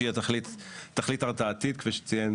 שהיא תכלית הרתעתית כפי שציין